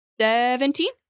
Seventeen